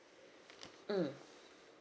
mm